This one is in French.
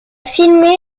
filmé